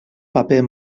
paper